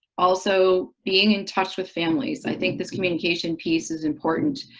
also being in touch with families. i think this communication piece is important.